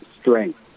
strength